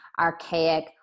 archaic